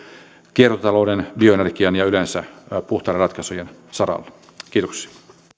kiertotalouden bioenergian ja yleensä puhtaiden ratkaisujen saralla kiitoksia